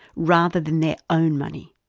rather than own money,